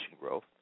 growth